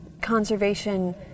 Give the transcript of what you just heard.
conservation